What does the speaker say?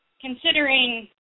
considering